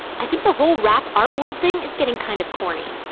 i think the whole rap art world thing is getting kind of corny.